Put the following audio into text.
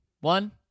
One